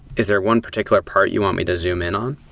is there one particular part you want me to zoom in on?